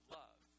love